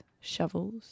shovels